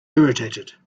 irritated